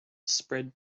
spread